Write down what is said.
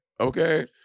Okay